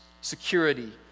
security